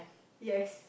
yes